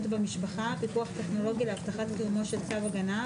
במשפחה (פיקוח טכנולוגי להבטחת קיומו של צו הגנה,